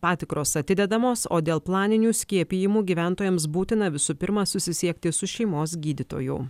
patikros atidedamos o dėl planinių skiepijimų gyventojams būtina visų pirma susisiekti su šeimos gydytoju